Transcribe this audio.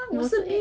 我是